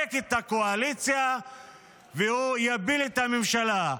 ירסק את הקואליציה והוא יפיל את הממשלה.